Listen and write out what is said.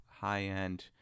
high-end